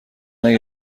اگه